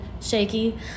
shaky